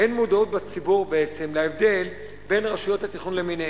אין מודעות בציבור בעצם להבדל בין רשויות התכנון למיניהן.